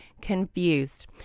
confused